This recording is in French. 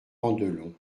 pandelon